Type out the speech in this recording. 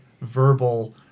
verbal